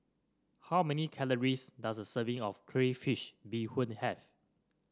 how many calories does a serving of Crayfish Beehoon have